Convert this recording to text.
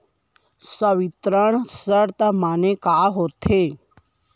संवितरण शर्त माने का होथे?